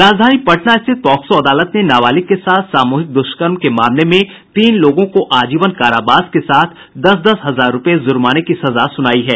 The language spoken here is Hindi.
राजधानी पटना स्थित पॉक्सो अदालत ने नाबालिग के साथ सामूहिक दुष्कर्म के मामले में तीन लोगों को आजीवन कारावास के साथ दस दस हजार रुपये जुर्माने की सजा सुनाई है